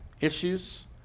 issues